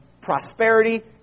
prosperity